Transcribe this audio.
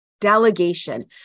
delegation